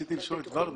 רציתי לשאול את ורדה